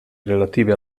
relative